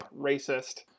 racist